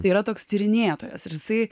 tai yra toks tyrinėtojas ir jisai